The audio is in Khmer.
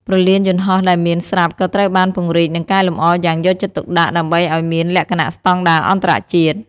ព្រលានយន្តហោះដែលមានស្រាប់ក៏ត្រូវបានពង្រីកនិងកែលម្អយ៉ាងយកចិត្តទុកដាក់ដើម្បីឲ្យមានលក្ខណៈស្តង់ដារអន្តរជាតិ។